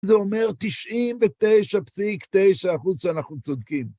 זה אומר 99.9% שאנחנו צודקים.